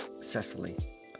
Cecily